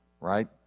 right